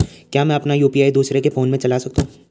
क्या मैं अपना यु.पी.आई दूसरे के फोन से चला सकता हूँ?